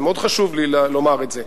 מאוד חשוב לי לומר את זה.